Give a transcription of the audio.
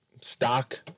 stock